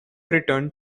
returned